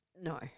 No